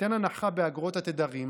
הנחה באגרות התדרים,